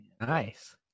Nice